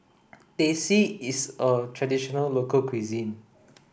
Teh C is a traditional local cuisine